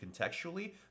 contextually